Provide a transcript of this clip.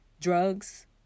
drugs